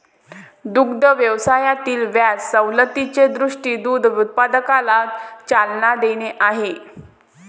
दुग्ध व्यवसायातील व्याज सवलतीचे उद्दीष्ट दूध उत्पादनाला चालना देणे आहे